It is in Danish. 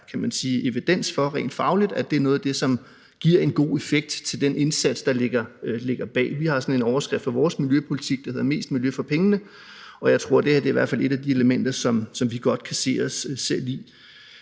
der også er evidens for rent fagligt giver en god effekt af den indsats, der ligger bag. Vi har en overskrift for vores miljøpolitik, der handler om mest miljø for pengene, og jeg tror, at det her er et af de elementer, som vi godt kan se os selv i.